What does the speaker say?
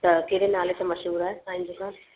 त कहिड़े नाले सां मशहूरु आहे तव्हांजी दुकानु